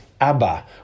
ABBA